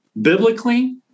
Biblically